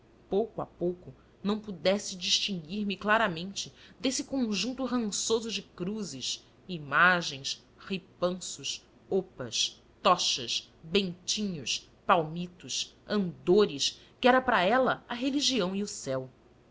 pouco a pouco não pudesse distinguir me claramente desse conjunto rançoso de cruzes imagens ripanços opas tochas bentinhos palmitos andores que era para ela a religião e o céu